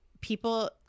people